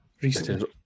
recently